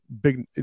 big